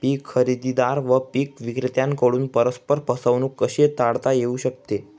पीक खरेदीदार व पीक विक्रेत्यांकडून परस्पर फसवणूक कशी टाळता येऊ शकते?